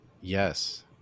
yes